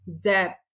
debt